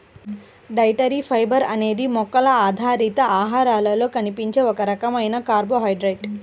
dietary fibre అనేది మొక్కల ఆధారిత ఆహారాలలో కనిపించే ఒక రకమైన కార్బోహైడ్రేట్